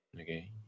Okay